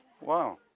Wow